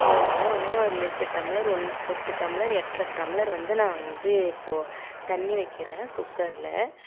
அதனால வந்து நான் ஒரு எட்டு ஒன் எட்டு டம்ளர் எட்ரை டம்ளர் வந்து நான் வந்து இப்போ தண்ணி வைக்கிறேன் குக்கரில்